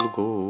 go